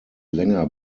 länger